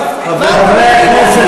חבר הכנסת